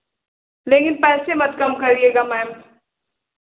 लेकिन पैसे मत कम करिएगा मैम